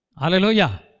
Hallelujah